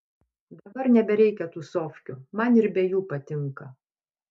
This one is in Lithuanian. dabar nebereikia tūsovkių man ir be jų patinka